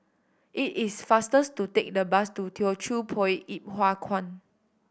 it is fastest to take the bus to Teochew Poit Ip Huay Kuan